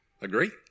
Agree